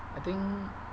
I think